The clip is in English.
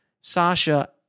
Sasha